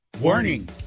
Warning